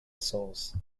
sauce